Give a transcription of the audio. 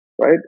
right